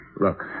Look